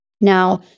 Now